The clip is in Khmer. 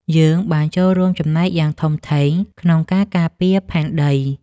យើងបានចូលរួមចំណែកយ៉ាងធំធេងក្នុងការការពារផែនដី។